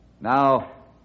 Now